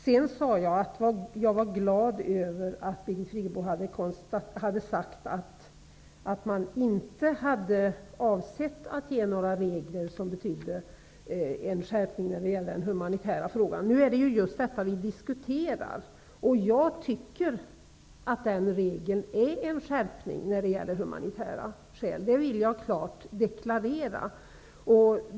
Sedan sade jag att jag var glad över att Birgit Friggebo hade sagt att man inte hade avsett att ge några regler som betydde en skärpning när det gäller den humanitära frågan. Nu är det just detta vi diskuterar. Jag tycker att den här regeln är en skärpning när det gäller humanitära skäl. Det vill jag klart deklarera.